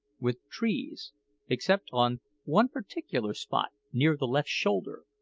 with trees except on one particular spot near the left shoulder,